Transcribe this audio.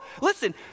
listen